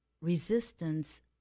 resistance